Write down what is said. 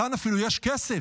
כאן אפילו יש כסף.